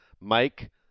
Mike